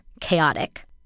Chaotic